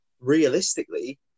realistically